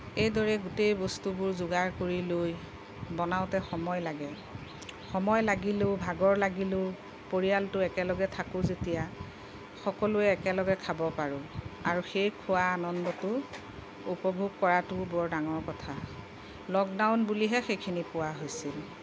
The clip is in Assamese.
এইদৰে গোটেই বস্তুবোৰ যোগাৰ কৰি লৈ বনাওঁতে সময় লাগে সময় লাগিলেও ভাগৰ লাগিলেও পৰিয়ালটো একেলগে থাকোঁ যেতিয়া সকলোৱে একেলগে খাব পাৰোঁ আৰু সেই খোৱা আনন্দটো উপভোগ কৰাটোও বৰ ডাঙৰ কথা লকডাউন বুলিহে সেইখিনি পোৱা হৈছিল